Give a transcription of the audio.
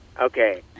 Okay